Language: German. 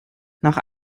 nach